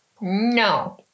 No